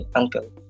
uncle